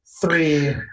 Three